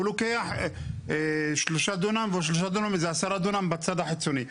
הוא לוקח 10 בצד החיצוני.